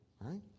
right